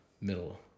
middle